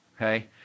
okay